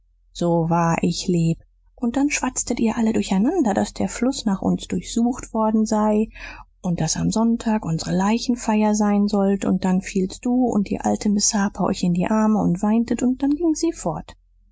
so wahr ich leb und dann schwatztet ihr alle durcheinander daß der fluß nach uns durchsucht worden sei und daß am sonntag unsere leichenfeier sein sollt und dann fielst du und die alte mrs harper euch in die arme und weintet und dann ging sie fort